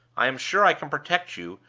i am sure i can protect you,